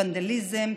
הוונדליזם,